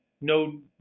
no